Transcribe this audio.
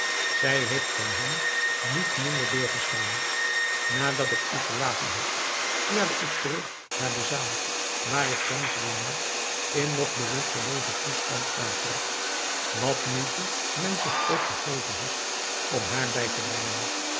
zij heeft om hem niet minder doorgestaan nadat ik u verlaten had keerde ik terug naar de zaal waar ik schemselnihar in nog bewusteloozen toestand aantrof wat moeite men zich ook gegeven had om haar bij te brengen